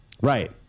Right